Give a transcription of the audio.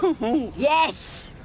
Yes